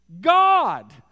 God